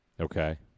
Okay